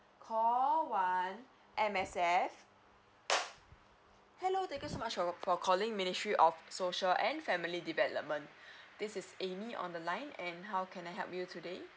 call one M_S_F hello thank you so much for for calling ministry of social and family development this is amy on the line and how can I help you today